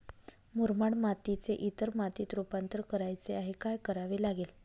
मुरमाड मातीचे इतर मातीत रुपांतर करायचे आहे, काय करावे लागेल?